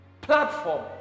Platform